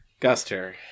Guster